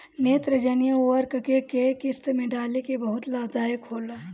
नेत्रजनीय उर्वरक के केय किस्त में डाले से बहुत लाभदायक होला?